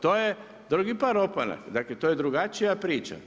To je drugi par opanak, dakle, to je drugačija priča.